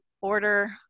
order